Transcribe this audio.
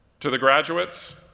to the graduates,